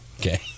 Okay